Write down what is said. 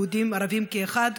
יהודים וערבים כאחד.